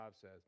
says